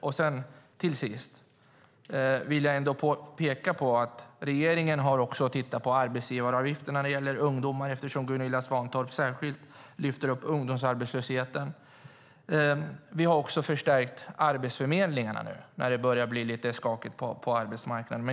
Eftersom Gunilla Svantorp särskilt lyfter upp ungdomsarbetslösheten vill jag till sist ändå peka på att regeringen också har tittat på arbetsgivaravgifter när det gäller ungdomar. Vi har också förstärkt arbetsförmedlingarna nu när det börjar bli lite skakigt på arbetsmarknaden.